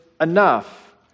enough